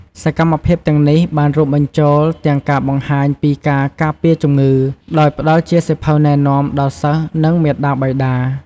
សកម្មភាពទាំងនេះបានរួមបញ្ចូលទាំងការបង្ហាញពីការការពារជំងឺ ដោយផ្តល់ជាសៀវភៅណែនាំ ដល់សិស្ស និងមាតាបិតា។